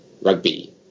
rugby